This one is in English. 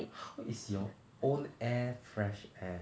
how is your own air fresh air